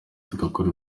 tugakora